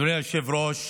אדוני היושב-ראש,